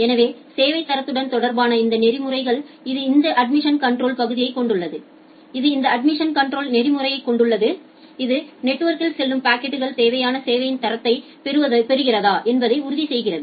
எனவே சேவை தரத்துடன் தொடர்பான இந்த நெறிமுறைகள் இது இந்த அட்மிஷன் கன்ட்ரோல பகுதியைக் கொண்டுள்ளது இது இந்த அட்மிஷன் கன்ட்ரோல நெறிமுறையைக் கொண்டுள்ளது இது நெட்வொர்கிற்குள் செல்லும் பாக்கெட்கள் தேவையான சேவையின் தரத்தை பெறுகிறதா என்பதை உறுதி செய்கிறது